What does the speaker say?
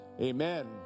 amen